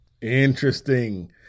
Interesting